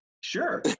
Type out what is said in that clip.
sure